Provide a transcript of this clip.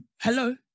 hello